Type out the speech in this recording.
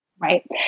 right